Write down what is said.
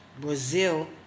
Brazil